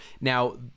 Now